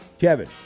Kevin